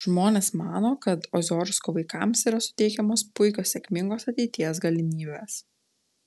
žmonės mano kad oziorsko vaikams yra suteikiamos puikios sėkmingos ateities galimybės